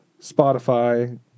Spotify